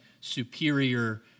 superior